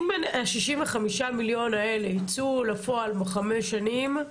אם 65 מיליון שקלים האלה יצאו לפועל בחמש שנים,